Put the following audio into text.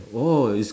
orh it is